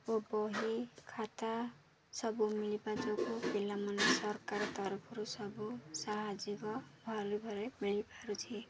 ଓ ବହି ଖାତା ସବୁ ମିଳିବା ଯୋଗୁଁ ପିଲାମାନେ ସରକାର ତରଫରୁ ସବୁ ସାହାଯ୍ୟ ଭଲ ଭଲରେ ମିଳିପାରୁଛି